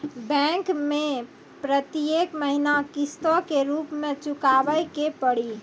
Bank मैं प्रेतियेक महीना किस्तो के रूप मे चुकाबै के पड़ी?